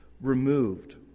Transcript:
removed